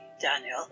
Daniel